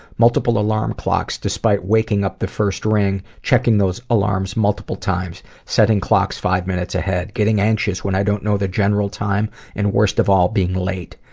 multiple alarm clocks despite waking up the first ring checking those alarms multiple times setting clocks five minutes ahead getting anxious when i don't know the general time and, worst of all, being late.